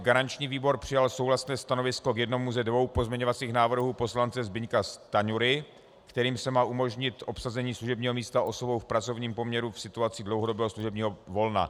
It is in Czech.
Garanční výbor přijal souhlasné stanovisko k jednomu ze dvou pozměňovacích návrhů poslance Zbyňka Stanjury, kterým se má umožnit obsazení služebního místa osobou v pracovním poměru v situaci dlouhodobého služebního volna.